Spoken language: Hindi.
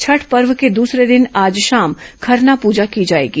छठ पर्व के दूसरे दिन आज शाम खरना पूजा की जायेगी